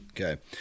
Okay